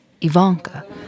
Ivanka